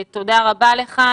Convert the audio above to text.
תודה רבה לך.